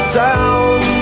down